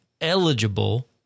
eligible